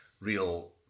real